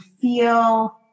feel